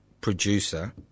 producer